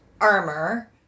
armor